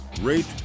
rate